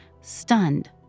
Stunned